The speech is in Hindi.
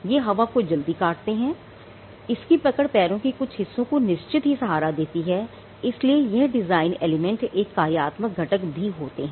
ये हवा को जल्दी काटते है इसकी पकड़ पैरों के कुछ हिस्सों को निश्चित ही सहारा देती है इसलिए यह डिजाइन एलिमेंट एक कार्यात्मक घटक भी होते हैं